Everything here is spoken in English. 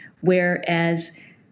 Whereas